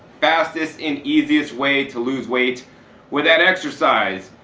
fastest and easiest way to lose weight without exercise,